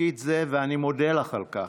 בתפקיד זה, ואני מודה לך על כך.